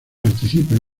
participa